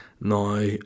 now